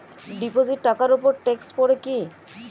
Deposit টাকার উপর tax পড়ে কি?